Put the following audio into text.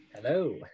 Hello